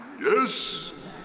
yes